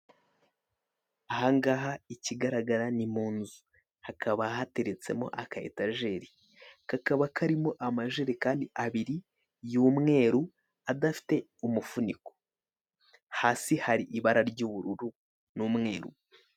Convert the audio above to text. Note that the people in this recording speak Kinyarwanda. Ahangaha ikigaragara ni munzu hakaba hateretsemo aka etajeri kakaba karimo amajerekani abiri yumweru adafite umifuniko, hasi hari ibara ry'ubururu n'umweru.